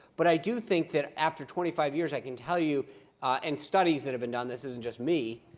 but i do think that after twenty five years, i can tell you and studies that have been done. this isn't just me.